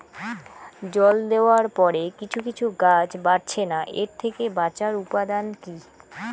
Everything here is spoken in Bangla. জল দেওয়ার পরে কিছু কিছু গাছ বাড়ছে না এর থেকে বাঁচার উপাদান কী?